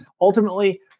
ultimately